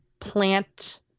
plant